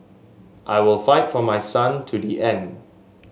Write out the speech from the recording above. I will fight for my son to the end